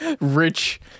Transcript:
rich